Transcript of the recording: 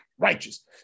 righteous